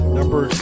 Number